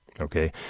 okay